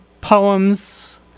poems